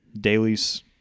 dailies